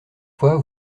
fois